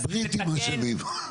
הבריטים אשמים.